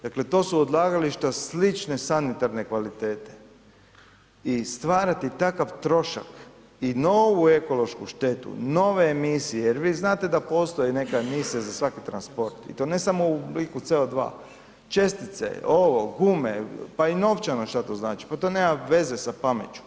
Dakle, to su odlagališta slične sanitarne kvalitete i stvarati takav trošak i novu ekološku štetu, nove emisije, jer vi znate da postoji neka emisija za svaki transport i to ne samo u obliku CO2, čestice, ovo, gume, pa i novčano šta to znači, pa to nema veze sa pameću.